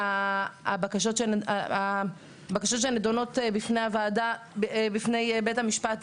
הבקשות שנידונות בפני בית המשפט,